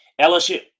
LSU